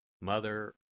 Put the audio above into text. Mother